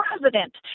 president